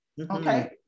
Okay